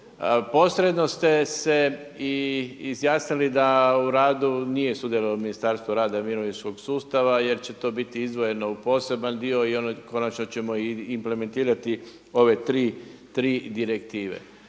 Posredno ste se i izjasnili da u radu nije sudjelovalo Ministarstvo rada i mirovinskog sustava jer će to biti izdvojeno u poseban dio i ono konačno ćemo i implementirati ove tri direktive.